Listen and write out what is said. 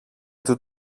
του